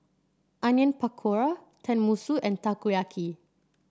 Onion Pakora Tenmusu and Takoyaki